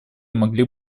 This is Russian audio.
могли